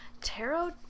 Tarot